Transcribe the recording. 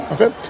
Okay